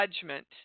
judgment